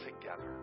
together